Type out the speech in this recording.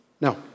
No